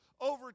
Over